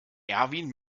erwin